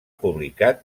publicat